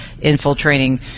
infiltrating